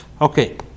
Okay